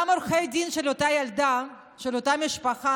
גם עורכי הדין של אותה ילדה, של אותה משפחה,